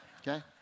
Okay